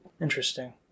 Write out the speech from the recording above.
Interesting